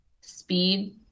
speed